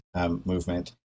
movement